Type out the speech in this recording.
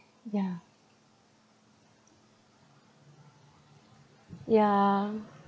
yeah yeah